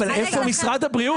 --- ברור, אבל איפה משרד הבריאות?